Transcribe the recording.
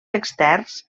externs